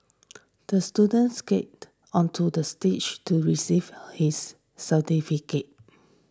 the student skated onto the stage to receive his certificate